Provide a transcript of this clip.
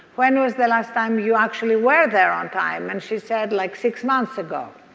when was the last time you actually were there on time? and she said, like six months ago.